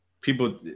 People